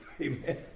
Amen